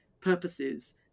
purposes